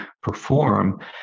perform